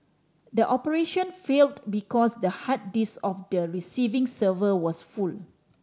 the operation failed because the hard disk of the receiving server was full